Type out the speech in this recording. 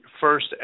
first